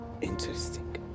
interesting